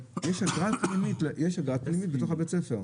יש אגרה פנימית בתוך הבית ספר,